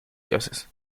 dioses